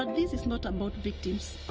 um this is not about victims.